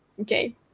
okay